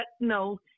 no